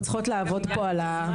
אנחנו צריכות לעבוד פה על המשמעת.